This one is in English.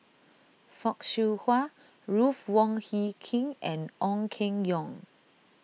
Fock Siew Wah Ruth Wong Hie King and Ong Keng Yong